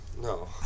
No